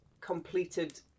completed